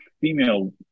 female